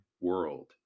world